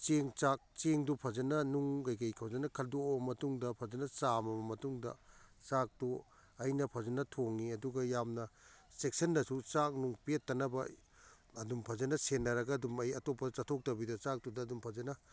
ꯆꯦꯡ ꯆꯥꯛ ꯆꯦꯡꯗꯨ ꯐꯖꯅ ꯅꯨꯡ ꯀꯩꯀꯩ ꯐꯖꯅ ꯈꯟꯗꯣꯛꯑꯕ ꯃꯇꯨꯡꯗ ꯐꯖꯅ ꯆꯥꯝꯃꯕ ꯃꯇꯨꯡꯗ ꯆꯥꯛꯇꯨ ꯑꯩꯅ ꯐꯖꯅ ꯊꯣꯡꯏ ꯑꯗꯨꯒ ꯌꯥꯝꯅ ꯆꯦꯛꯁꯤꯟꯅꯁꯨ ꯆꯥꯛ ꯅꯨꯡ ꯄꯦꯠꯇꯅꯕ ꯑꯗꯨꯝ ꯐꯖꯅ ꯁꯦꯟꯅꯔꯒ ꯑꯗꯨꯝ ꯑꯩ ꯑꯇꯣꯞꯄ ꯆꯠꯊꯣꯛꯇꯕꯤꯗ ꯆꯥꯛꯇꯨꯗ ꯑꯗꯨꯝ ꯐꯖꯅ